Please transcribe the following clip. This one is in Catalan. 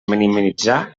minimitzar